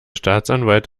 staatsanwalt